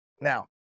Now